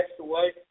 away